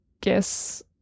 guess